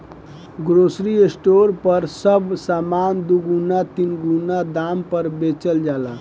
grocery store पर सब सामान दुगुना तीन गुना दाम पर बेचल जाला